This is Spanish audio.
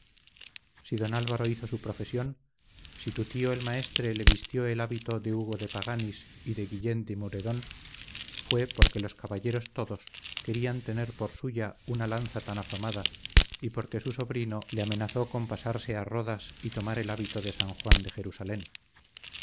si don álvaro hizo su profesión si su tío el maestre le vistió el hábito de hugo de paganis y de guillén de mouredón fue porque los caballeros todos querían tener por suya una lanza tan afamada y porque su sobrino le amenazó con pasarse a rodas y tomar el hábito de san juan de jerusalén